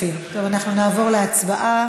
מציע להעביר את זה לוועדה?